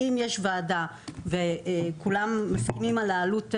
אם יש ועדה וכולנו מסכמים על העלות הזו,